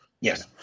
Yes